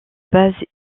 base